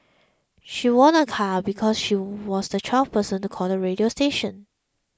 she won a car because she was the twelfth person to call the radio station